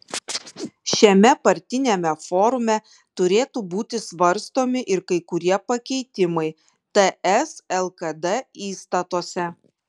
šiame partiniame forume turėtų būti svarstomi ir kai kurie pakeitimai ts lkd įstatuose